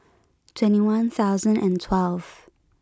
twenty one thousand and twelve